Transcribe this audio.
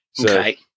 Okay